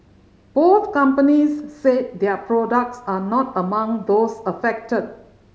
both companies said their products are not among those affected